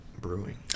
brewing